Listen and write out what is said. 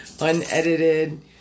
unedited